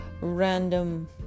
random